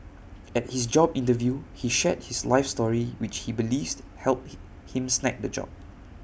at his job interview he shared his life story which he believes helped him snag the job